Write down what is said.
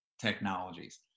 technologies